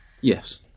Yes